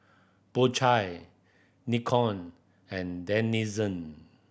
Po Chai Nikon and Denizen